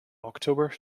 october